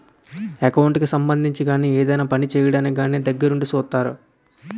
account కి సంబంధించి గాని ఏదైనా పని చేయడానికి కానీ దగ్గరుండి సూత్తారు